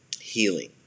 healing